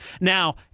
Now